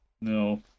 No